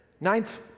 Ninth